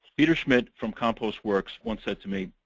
peter schmidt from compostwerks once said to me,